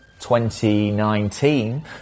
2019